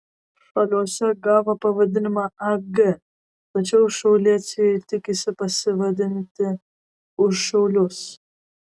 šiauliuose gavo pavadinimą ag tačiau šiauliečiai tikisi pasivadinti už šiaulius